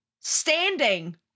standing